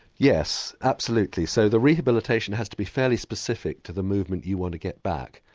yes, absolutely. so the rehabilitation has to be fairly specific to the movement you want to get back.